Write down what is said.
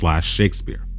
Shakespeare